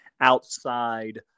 outside